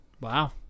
Wow